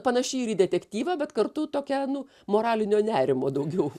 panaši ir į detektyvą bet kartu tokia nu moralinio nerimo daugiau